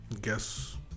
Guess